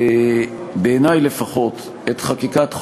בעיני לפחות, את חקיקת חוק-יסוד: